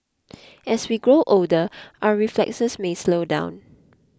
as we grow older our reflexes may slow down